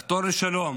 לחתור לשלום,